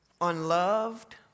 unloved